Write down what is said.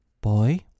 Boy